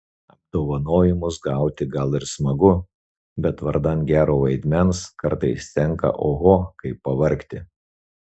apdovanojimus gauti gal ir smagu bet vardan gero vaidmens kartais tenka oho kaip pavargti